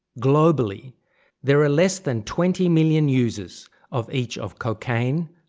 globally there are less than twenty million users of each of cocaine,